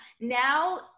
now